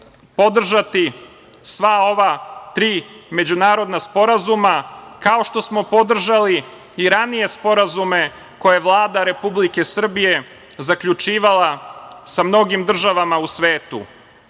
podržaću sva ova tri međunarodna sporazuma, kao što smo podržali i ranije sporazume koje je Vlada Republike Srbije zaključivala sa mnogim državama u svetu.